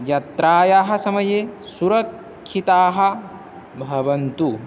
यात्रायाः समये सुरक्षिताः भवन्तु